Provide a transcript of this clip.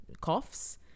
coughs